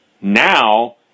Now